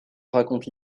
raconte